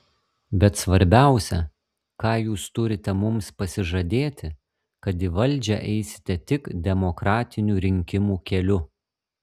bet svarbiausia ką jūs turite mums pasižadėti kad į valdžią eisite tik demokratinių rinkimų keliu